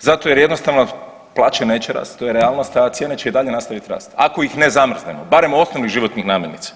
zato jer jednostavno plaće neće rasti to je realnost, a cijene će i dalje nastaviti rasti ako ih ne zamrznemo barem osnovnih životnih namirnica.